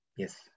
yes